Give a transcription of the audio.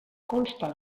consta